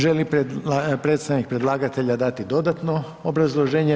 Želi li predstavnik predlagatelja dati dodatno obrazloženje?